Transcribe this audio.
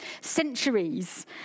centuries